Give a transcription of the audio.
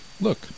Look